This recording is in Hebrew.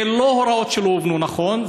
זה לא הוראות שלא הובנו נכון.